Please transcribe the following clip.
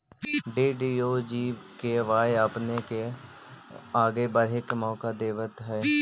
DDUGKY आपपने के आगे बढ़े के मौका देतवऽ हइ